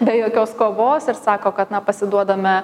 be jokios kovos ir sako kad na pasiduodame